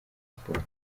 sports